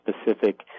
specific